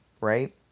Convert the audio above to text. right